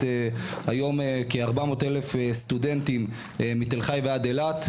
היום כ-400,000 סטודנטים מתל-חי ועד אילת,